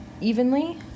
evenly